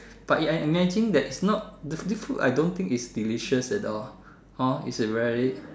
but I I imagine that it's not this this food don't think is delicious at all hor it is very